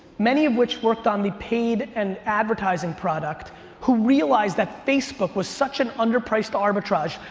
many of which worked on the paid and advertising product who realized that facebook was such an under-priced arbitrage,